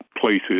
places